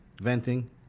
venting